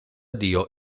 dio